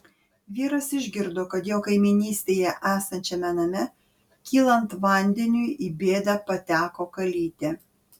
vyras išgirdo kad jo kaimynystėje esančiame name kylant vandeniui į bėdą pateko kalytė